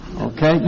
Okay